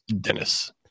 Dennis